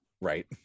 right